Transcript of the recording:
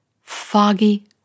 foggy